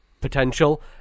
potential